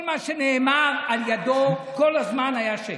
כל מה שנאמר על ידו כל הזמן היה שקר,